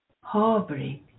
harboring